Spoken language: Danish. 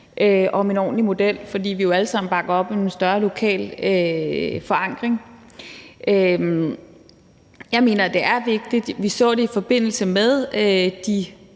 og venstre, fordi vi alle sammen bakker op om en større lokal forankring. Jeg mener, det er vigtigt. Vi så det i forbindelse med de